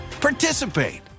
participate